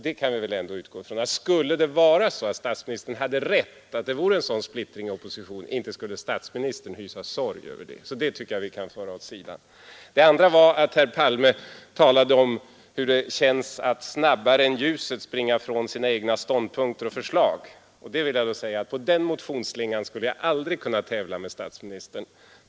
Vi kan väl ändå utgå från att skulle statsministern ha rätt och det vore en sådan splittring inom oppositionen, inte skulle statsministern då hysa sorg över det. Det andra var att herr Palme undrade hur det känns att snabbare än ljuset springa ifrån sina egna ståndpunkter och förslag. På den motionsslingan skulle jag aldrig kunna tävla med statsministern.